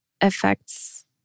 affects